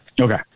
okay